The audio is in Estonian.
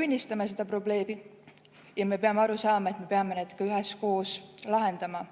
tunnistame probleemi ja peame aru saama, et me peame need ka üheskoos lahendama.